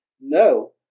No